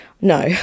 No